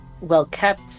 well-kept